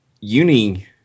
Uni